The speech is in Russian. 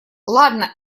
ладно